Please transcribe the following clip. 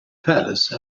palace